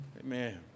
Amen